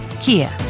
Kia